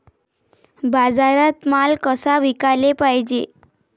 बाजारात माल कसा विकाले पायजे?